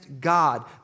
God